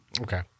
Okay